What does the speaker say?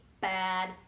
bad